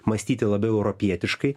mąstyti labiau europietiškai